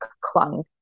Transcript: clung